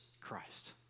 Christ